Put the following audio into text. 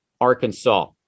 Arkansas